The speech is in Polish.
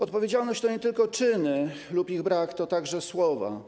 Odpowiedzialność to nie tylko czyny lub ich brak, to także słowa.